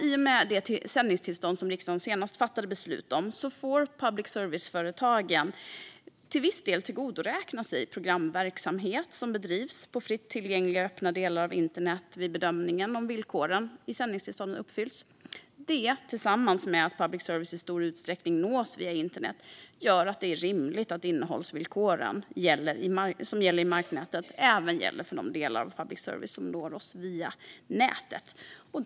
I och med det sändningstillstånd som riksdagen senast fattade beslut om får public service-företagen till viss del tillgodoräkna sig programverksamhet som bedrivs på fritt tillgängliga öppna delar av internet vid bedömningen om villkoren i sändningstillstånden uppfylls. Detta tillsammans med att public service i stor utsträckning nås via internet gör att det är rimligt att de innehållsvillkor som gäller i marknätet även gäller för de delar av public service som når oss via internet.